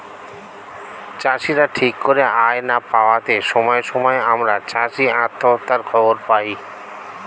চাষীরা ঠিক করে আয় না পাওয়াতে সময়ে সময়ে আমরা চাষী আত্মহত্যার খবর পাই